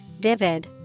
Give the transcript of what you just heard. vivid